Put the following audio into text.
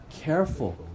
Careful